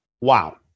Wow